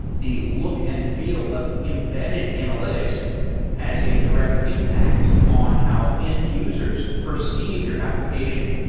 the look and feel of embedded analytics has a direct impact on how end-users perceive your application.